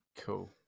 cool